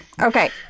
okay